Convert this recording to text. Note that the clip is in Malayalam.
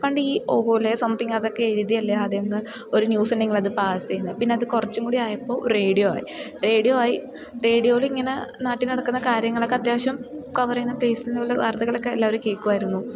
പണ്ട് ഈ ഓലയിൽ സംതിങ് അതൊക്കെ എഴുതിയല്ലേ അതങ്ങ് ഒരു ന്യൂസുണ്ടെങ്കിൽ അതു പാസ്സ് ചെയ്യുന്നത് പിന്നെ അത് കുറച്ചും കൂടി ആയപ്പോൾ റേഡിയോ ആയി റേഡിയോ ആയി റേഡിയോലിങ്ങനെ നാട്ടിൽ നടക്കുന്ന കാര്യങ്ങളൊക്കെ അത്യാവശ്യം കവർ ചെയ്യുന്ന പ്ലേസിൽ നിന്നുള്ള വാർത്തകളൊക്കെ എല്ലാവരും കേൾക്കുമായിരുന്നു